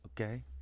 okay